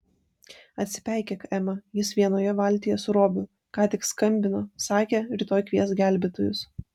atsipeikėk ema jis vienoje valtyje su robiu ką tik skambino sakė rytoj kvies gelbėtojus